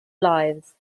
lives